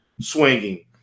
swinging